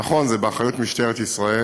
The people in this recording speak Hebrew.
נכון, זה באחריות משטרת ישראל.